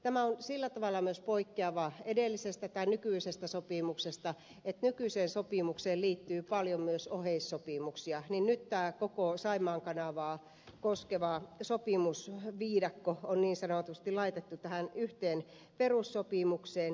tämä on sillä tavalla myös poikkeava nykyisestä sopimuksesta että kun nykyiseen sopimukseen liittyy paljon myös oheissopimuksia niin nyt tämä koko saimaan kanavaa koskeva sopimusviidakko on niin sanotusti laitettu tähän yhteen perussopimukseen